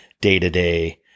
day-to-day